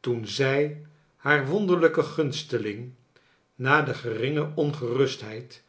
toen zij haar wonderlijken gunsteling na de geringe ongerustheid